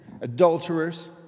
adulterers